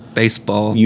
baseball